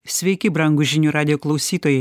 sveiki brangūs žinių radijo klausytojai